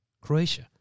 Croatia